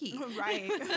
Right